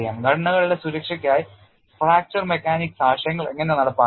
ഘടനകളുടെ സുരക്ഷയ്ക്കായി fracture mechanics ആശയങ്ങൾ എങ്ങനെ നടപ്പാക്കാം